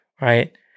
right